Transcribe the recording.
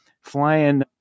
flying